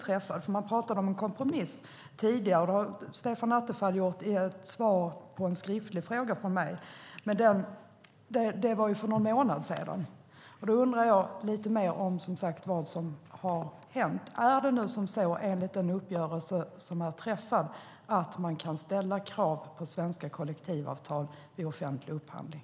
Stefan Attefall talade om en kompromiss i ett svar på en skriftlig fråga från mig, men det var för någon månad sedan. Då vill jag veta lite mer vad som har hänt. Är det så, enligt den uppgörelse som har träffats, att man kan ställa krav på svenska kollektivavtal vid offentlig upphandling?